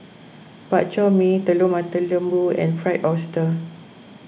Bak Chor Mee Telur Mata Lembu and Fried Oyster